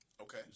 Okay